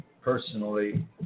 personally